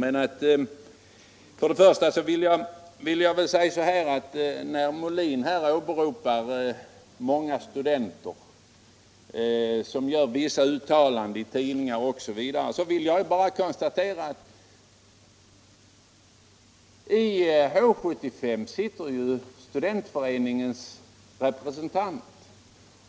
Men när herr Molin här åberopade ett uttalande av representanter för många studerande vill jag påpeka att studentföreningen har en representant